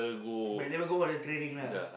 but you never go for the training lah